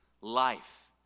Life